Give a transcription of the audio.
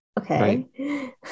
okay